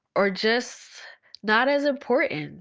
are just not as important